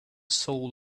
soul